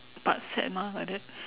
but sad mah like that